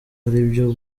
aribyo